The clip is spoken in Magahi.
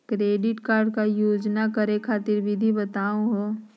क्रेडिट कार्ड क रिचार्ज करै खातिर विधि बताहु हो?